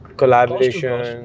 collaboration